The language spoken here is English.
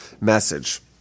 message